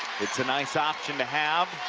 it's a nice option to have,